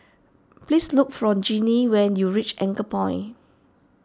please look for Gennie when you reach Anchorpoint